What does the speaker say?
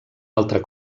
altra